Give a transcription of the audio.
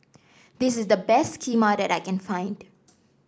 this is the best Kheema that I can find